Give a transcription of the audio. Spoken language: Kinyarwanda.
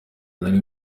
nari